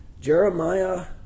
Jeremiah